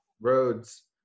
roads